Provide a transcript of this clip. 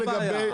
זה לא בעיה.